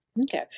Okay